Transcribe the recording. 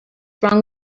wrong